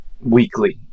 weekly